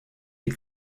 die